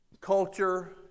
Culture